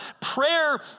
Prayer